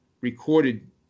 recorded